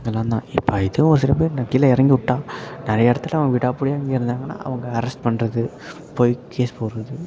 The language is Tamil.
இதெல்லாம் தான் இப்போ ஏதோ ஒரு சில பேர் கீழே இறங்கி விட்டான் நிறைய இடத்துல விடாப்புடியாக இருந்தாங்கனால் அவங்கள அரஸ்ட் பண்ணுறது பொய் கேஸ் போடுறது